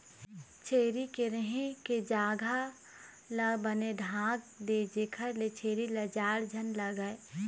छेरी के रहें के जघा ल बने ढांक दे जेखर ले छेरी ल जाड़ झन लागय